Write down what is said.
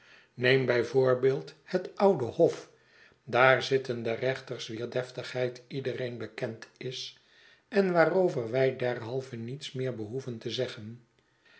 neem bij voorbeeld het oude hof daar zitten de reenters wier deftigheid iedereen bekend is en waarover wij derhalve niets meer behoeven te zeggen